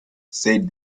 said